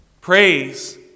Praise